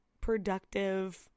productive